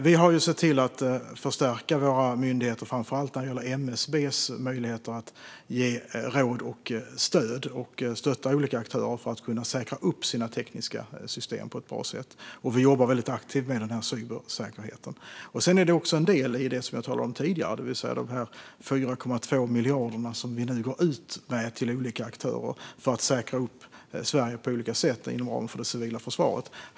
Vi har sett till att förstärka våra myndigheter, framför allt när det gäller MSB:s möjligheter att ge råd och stöd och stötta olika aktörer för att de ska kunna säkra upp sina tekniska system på ett bra sätt, och vi jobbar väldigt aktivt med cybersäkerheten. Det är också en del i det jag talade om tidigare. Vi går nu ut med 4,2 miljarder till olika aktörer för att säkra Sverige på olika sätt inom ramen för det civila försvaret.